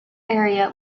area